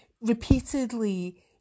repeatedly